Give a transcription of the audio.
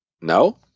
no